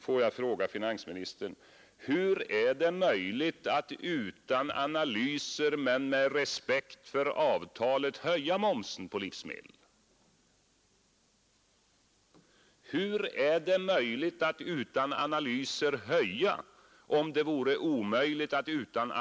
Får jag fråga finansministern: Hur är det möjligt att utan analyser men med respekt för avtalet höja momsen på livsmedel, om det är omöjligt att utan analyser sänka den?